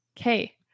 Okay